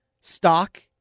stock